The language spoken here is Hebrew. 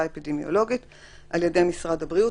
האפידמיולוגית על ידי משרד הבריאות,